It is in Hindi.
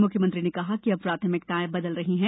मुख्यमंत्री ने कहा कि अब प्राथमिकताएं बदल रही हैं